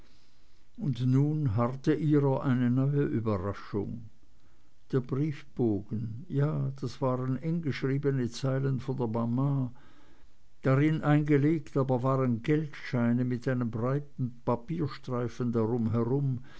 und nun harrte ihrer eine neue überraschung der briefbogen ja das waren eng beschriebene zeilen von der mama darin eingelegt aber waren geldscheine mit einem breiten papierstreifen drumherum